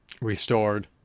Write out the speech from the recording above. restored